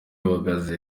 uhagaze